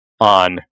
on